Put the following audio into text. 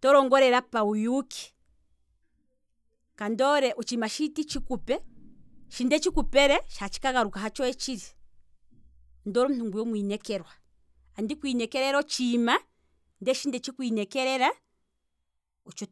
To longo lela pawu yuuki, kandi hole otshiima shi tandi tshikupe, shi ndetshi ku pele, shi tatshi ka galuka hatsho we tshili, ondoole omuntu ngwiya omwiinekelwa, andiku inekelele otshiima, ndee sho ndetshi kwiinekelela otsho